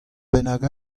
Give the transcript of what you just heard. bennak